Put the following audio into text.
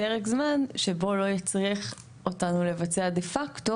פרק זמן שלא יצריך אותנו לבצע דה פקטו,